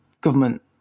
government